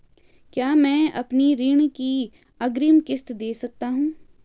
क्या मैं अपनी ऋण की अग्रिम किश्त दें सकता हूँ?